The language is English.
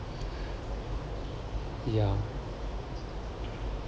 ya